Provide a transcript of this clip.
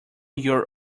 your